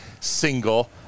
single